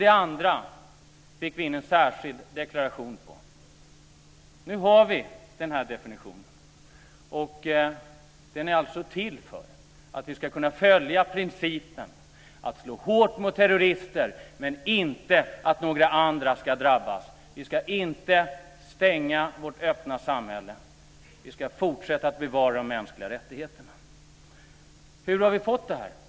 Det andra fick vi in en särskild deklaration om. Nu har vi den här definitionen, och den är alltså till för att vi ska kunna följa principen att slå hårt mot terrorister men inte så att några andra ska drabbas. Vi ska inte stänga vårt öppna samhälle. Vi ska fortsätta att bevara de mänskliga rättigheterna. Hur har vi fått det här?